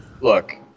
look